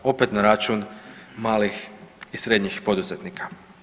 Opet na račun malih i srednjih poduzetnika.